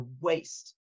waste